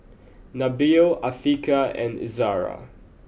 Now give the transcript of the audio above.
Nabil Afiqah and Izzara